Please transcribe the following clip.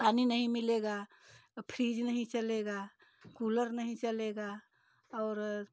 पानी नहीं मिलेगा फ्रीज नहीं चलेगा कूलर नहीं चलेगा और